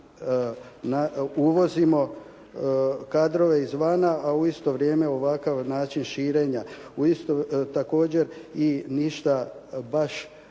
uvozimo kadrova izvana, a u isto vrijeme ovakav način širenja, također i ništa baš